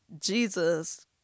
jesus